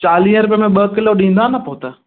चालीह रुपए में ॿ किलो ॾींदा न पोइ त